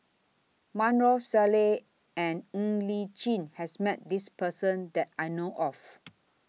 Maarof Salleh and Ng Li Chin has Met This Person that I know of